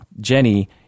Jenny